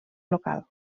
local